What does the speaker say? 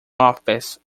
office